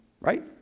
right